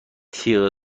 تیغ